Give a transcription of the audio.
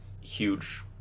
huge